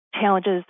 challenges